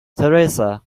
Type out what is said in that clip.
theresa